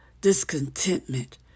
discontentment